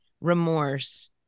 remorse